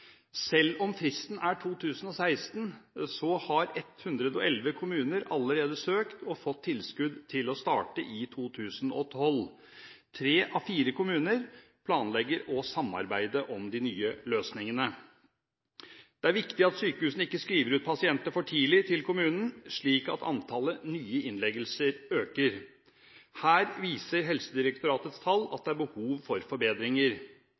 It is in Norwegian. Selv om fristen er 2016, har 111 kommuner allerede søkt om og fått tilskudd til å starte i 2012. Tre av fire kommuner planlegger å samarbeide om de nye løsningene. Det er viktig at sykehusene ikke skriver ut pasientene for tidlig til kommunen, slik at antallet nye innleggelser øker. Her viser Helsedirektoratets tall at det er behov for forbedringer.